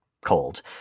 cold